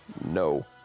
no